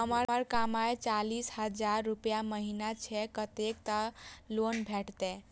हमर कमाय चालीस हजार रूपया महिना छै कतैक तक लोन भेटते?